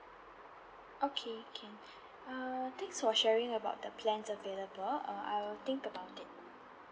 okay can err thanks for sharing about the plans available uh I'll think about it